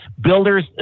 Builders